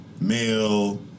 male